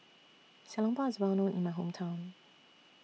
Xiao Long Bao IS Well known in My Hometown